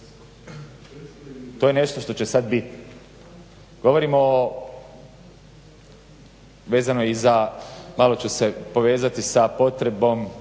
To je nešto što će sad biti. Govorimo vezano i za, malo ću se povezati sa potrebom